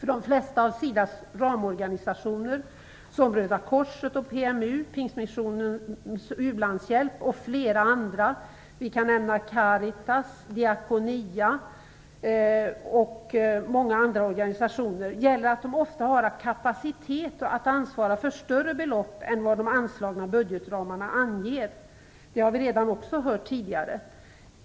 Röda korset och PMU, Pingstmissionens ulandshjälp, och även flera andra organisationer - t.ex. Caritas och Diakonia - gäller att de ofta har kapacitet att ansvara för större belopp än vad de anslagna budgetramarna anger. Också det har vi tidigare hört.